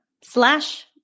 slash